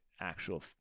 actual